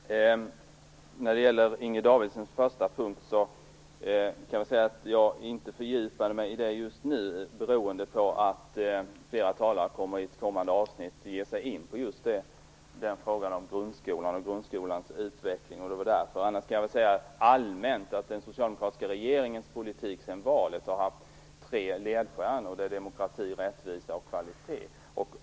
Fru talman! När det gäller Inger Davidsons första punkt kan vi säga att jag inte fördjupar mig i den just nu, beroende på att flera talare i ett kommande avsnitt kommer att ge sig in på just frågan om grundskolan och grundskolans utveckling. Annars kan jag säga allmänt att den socialdemokratiska regeringens politik sedan valet har haft tre ledstjärnor. De är demokrati, rättvisa och kvalitet.